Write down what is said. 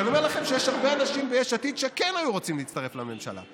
ואני אומר לכם שיש הרבה אנשים ביש עתיד שכן היו רוצים להצטרף לממשלה,